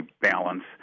balance